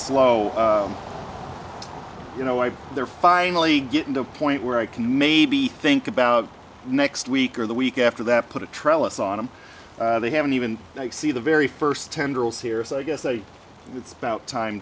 slow you know why they're finally getting to a point where i can maybe think about next week or the week after that put a trellis on them they haven't even see the very first tendrils here so i guess they it's about time